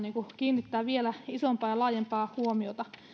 kiinnittää vielä isompaa ja laajempaa huomiota murheellista